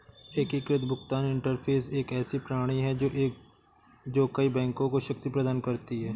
एकीकृत भुगतान इंटरफ़ेस एक ऐसी प्रणाली है जो कई बैंकों को शक्ति प्रदान करती है